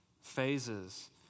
phases